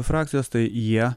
frakcijos tai jie